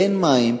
אין מים,